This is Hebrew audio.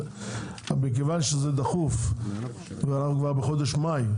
אז מכיוון שזה דחוף ואנחנו כבר בחודש מאי,